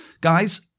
guys